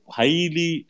highly